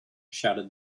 shouted